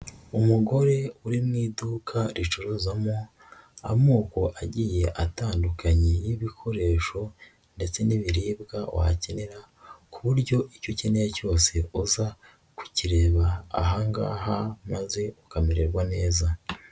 Umugore uri mu iduka ricuruzamo, amoko agiye atandukanye y'ibikoresho ndetse n'ibiribwa wakenera ku buryo icyo ukeneye cyose uza kukireba aha ngaha maze ukamererwa neza.